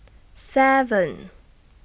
seven